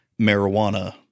marijuana